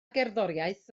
gerddoriaeth